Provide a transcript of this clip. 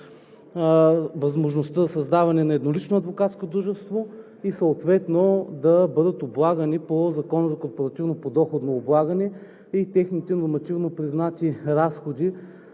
възможността за създаване на еднолично адвокатско дружество и да бъдат облагани по Закона за корпоративното подоходно облагане, а техните нормативно признати разходи